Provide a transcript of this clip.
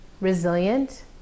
resilient